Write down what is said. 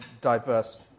diverse